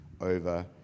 over